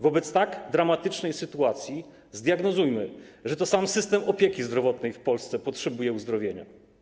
Wobec tak dramatycznej sytuacji zdiagnozujmy, że to sam system opieki zdrowotnej w Polsce potrzebuje uzdrowienia.